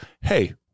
hey